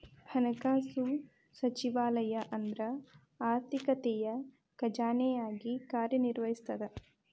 ಹಣಕಾಸು ಸಚಿವಾಲಯ ಅಂದ್ರ ಆರ್ಥಿಕತೆಯ ಖಜಾನೆಯಾಗಿ ಕಾರ್ಯ ನಿರ್ವಹಿಸ್ತದ